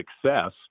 success